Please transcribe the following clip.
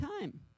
time